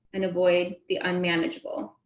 and avoid the unmanageable.